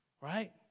Right